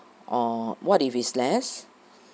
or what if is less